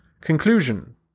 Conclusion